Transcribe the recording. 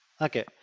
Okay